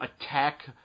attack